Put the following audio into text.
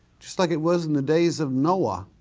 just like it was in the days of noah,